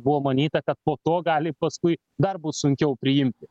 buvo manyta kad po to gali paskui dar būt sunkiau priimti